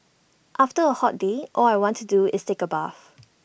after A hot day all I want to do is take A bath